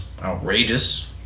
outrageous